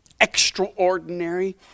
extraordinary